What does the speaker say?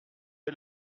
est